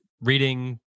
reading